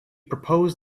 proposed